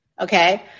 Okay